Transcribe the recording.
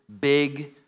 big